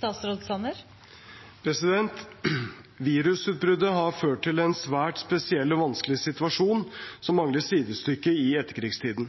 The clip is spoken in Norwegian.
har ført til en svært spesiell og vanskelig situasjon som mangler sidestykke i etterkrigstiden.